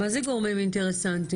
מה זה גורמים אינטרסנטיים?